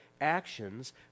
actions